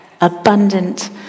abundant